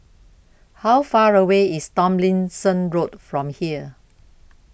How Far away IS Tomlinson Road from here